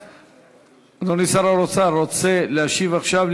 אדוני שר האוצר רוצה להשיב עכשיו,